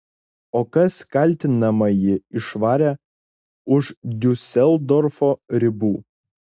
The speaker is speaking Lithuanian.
o kas kaltinamąjį išvarė už diuseldorfo ribų